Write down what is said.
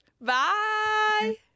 Bye